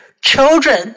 Children